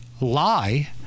Lie